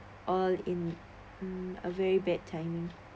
all in a very bad timing